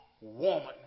woman